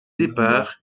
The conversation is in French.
départ